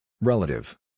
Relative